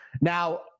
now